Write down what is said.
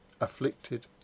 afflicted